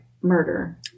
murder